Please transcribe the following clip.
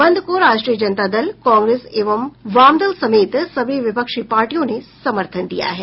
बंद को राष्ट्रीय जनता दल कांग्रेस एवं वामदल समेत सभी विपक्षी पार्टियों ने समर्थन दिया है